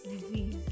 disease